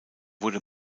wurde